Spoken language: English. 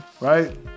right